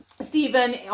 Stephen